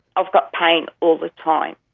i've got pain all the time.